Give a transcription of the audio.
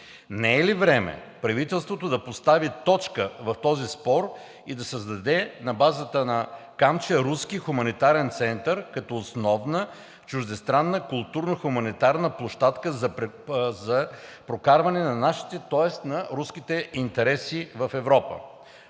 „Не е ли време правителството да постави точка в този спор и да създаде на базата на „Камчия“ руски хуманитарен център като основна чуждестранна културно хуманитарна площадка за прокарване на нашите – тоест на руските – интереси в Европа?“